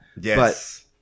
Yes